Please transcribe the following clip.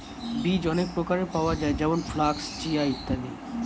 বীজ অনেক প্রকারের পাওয়া যায় যেমন ফ্ল্যাক্স, চিয়া ইত্যাদি